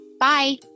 Bye